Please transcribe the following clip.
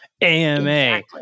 AMA